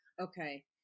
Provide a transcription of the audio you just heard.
Okay